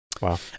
Wow